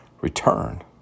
return